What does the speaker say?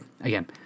Again